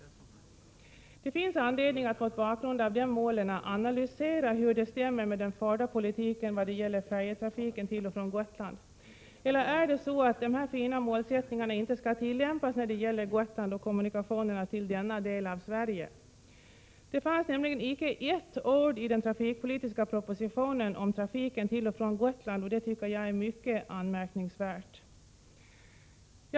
Det finns anledning att mot bakgrund av dessa mål analysera hur de stämmer med den förda politiken vad gäller färjetrafiken till och från Gotland. Eller är det så att dessa fina målsättningar inte skall tillämpas när det gäller Gotland och kommunikationerna till denna del av Sverige? Det fanns nämligen icke ett ord i den trafikpolitiska propositionen om trafiken till och från Gotland, och det är mycket anmärkningsvärt.